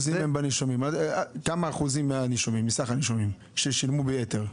כמה אחוזים מסך הנישומים שילמו ביתר?